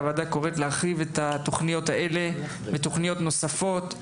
והוועדה קוראת להרחיב את התוכניות האלה ותוכניות נוספות.